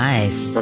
Nice